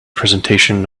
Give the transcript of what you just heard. presentation